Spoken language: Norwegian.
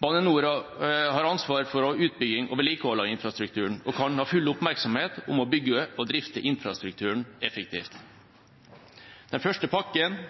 Bane NOR har ansvar for utbygging og vedlikehold av infrastrukturen, og kan ha full oppmerksomhet om å bygge og drifte infrastrukturen effektivt. Den første pakken,